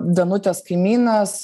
danutės kaimynas